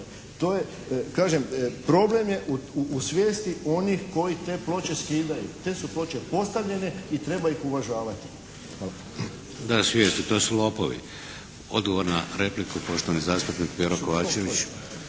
To je, kažem problem je u svijesti onih koji te ploče skidaju. Te su ploče postavljene i treba ih uvažavati. Hvala. **Šeks, Vladimir (HDZ)** Da svijesti, to su lopovi. Odgovor na repliku, poštovani zastupnik Pero Kovačević.